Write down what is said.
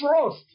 trust